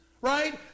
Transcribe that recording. right